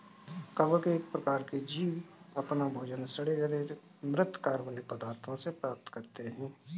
कवक एक प्रकार के जीव अपना भोजन सड़े गले म्रृत कार्बनिक पदार्थों से प्राप्त करते हैं